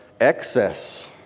excess